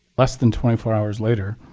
less than twenty four hours later,